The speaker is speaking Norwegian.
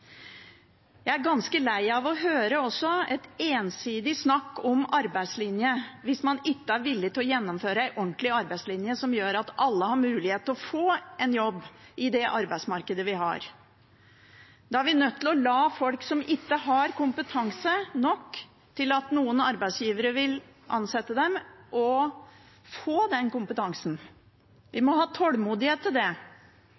Jeg er også ganske lei av å høre et ensidig snakk om arbeidslinje, hvis man ikke er villig til å gjennomføre en ordentlig arbeidslinje som gjør at alle har mulighet til å få en jobb i det arbeidsmarkedet vi har. Da er vi nødt til å la folk som ikke har kompetanse nok til at noen arbeidsgivere vil ansette dem, få den kompetansen. Vi